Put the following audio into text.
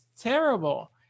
terrible